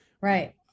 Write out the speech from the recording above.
right